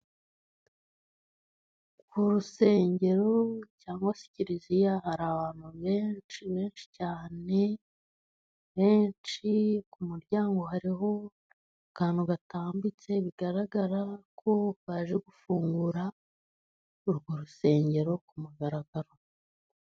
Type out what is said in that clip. Ku rusengero cyangwa se kiriziya hari abantu benshi, benshi cyane, benshi, ku muryango hariho akantu gatambitse, bigaragara ko baje gufungura urwo rusengero ku mugaragaro.